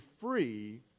free